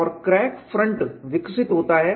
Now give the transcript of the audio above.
और crack front विकसित होता है